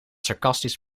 sarcastisch